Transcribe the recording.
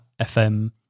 FM